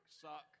suck